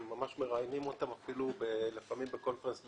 ממש מראיינים אותם, אפילו לפעמים בוידיאו קונפרנס.